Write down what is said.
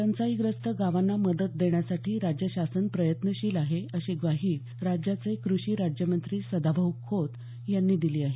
टंचाईग्रस्त गावांना मदत देण्यासाठी राज्य शासन प्रयत्नशील आहे अशी ग्वाही राज्याचे कृषी राज्यमंत्री सदाभाऊ खोत यांनी दिली आहे